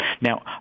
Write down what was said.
Now